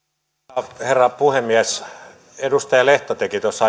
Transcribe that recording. arvoisa herra puhemies edustaja lehto teki tuossa